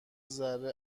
ذره